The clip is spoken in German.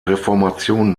reformation